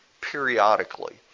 periodically